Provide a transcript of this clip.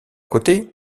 côté